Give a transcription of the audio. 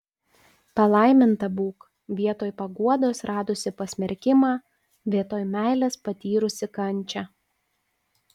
palaiminta būk vietoj paguodos radusi pasmerkimą vietoj meilės patyrusi kančią